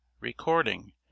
recording